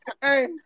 Hey